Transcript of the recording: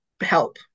help